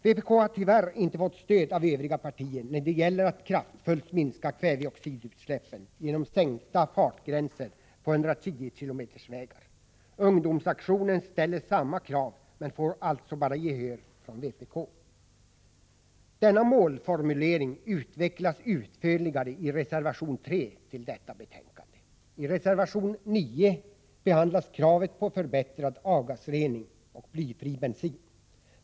Vpk har tyvärr inte fått stöd av övriga partier när det gäller att kraftfullt minska kväveoxidutsläppen genom sänkta fartgränser på 110 km-vägar. Ungdomsaktionen ställer samma krav men får alltså gehör bara från vpk. Denna målformulering utvecklas utförligare i reservation 3 till detta betänkande. I reservation 9 behandlas kravet på förbättrad avgasrening och blyfri bensin.